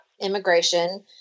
immigration